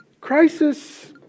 Crisis